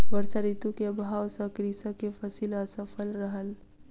वर्षा ऋतू के अभाव सॅ कृषक के फसिल असफल रहल